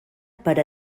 per